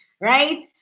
right